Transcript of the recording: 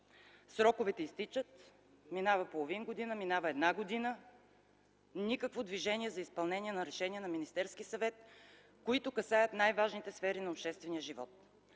Сроковете изтичат, минава половин, една година и никакво движение за изпълнение на решения на Министерския съвет, които касаят най-важните сфери на обществения живот.